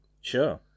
Sure